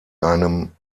einem